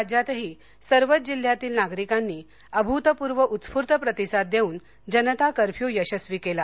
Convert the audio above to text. राज्यातही सर्वच जिल्ह्यातील नागरिकांनी अभूतपूर्व उत्स्फूर्त प्रतिसाद देऊन जनता कर्फ्यु यशस्वी केला